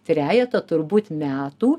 trejetą turbūt metų